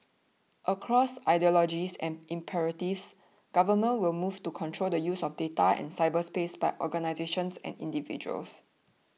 across ideologies and imperatives governments will move to control the use of data and cyberspace by organisations and individuals